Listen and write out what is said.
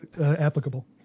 applicable